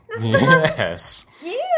Yes